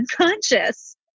unconscious